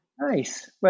Nice